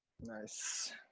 Nice